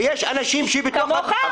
כמוך?